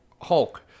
Hulk